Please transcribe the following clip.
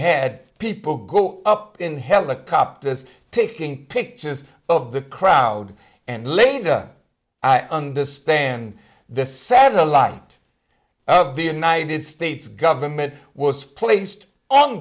head people go up in helicopters taking pictures of the crowd and later i understand the satellite of the united states government was placed on